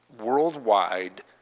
worldwide